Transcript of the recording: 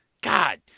God